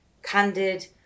candid